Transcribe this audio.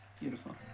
Beautiful